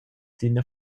d’ina